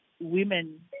women